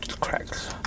Cracks